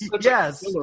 yes